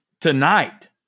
Tonight